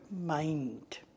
mind